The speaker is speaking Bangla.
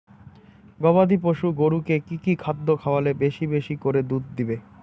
গবাদি পশু গরুকে কী কী খাদ্য খাওয়ালে বেশী বেশী করে দুধ দিবে?